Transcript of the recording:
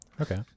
okay